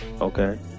Okay